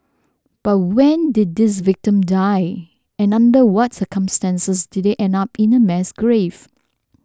but when did these victim die and under what's circumstances did they end up in a mass grave